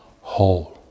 whole